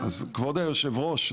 כבוד יושב הראש,